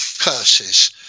curses